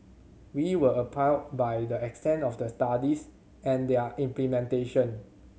we were appalled by the extent of the studies and their implementation